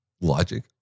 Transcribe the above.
Logic